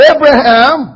Abraham